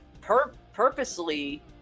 purposely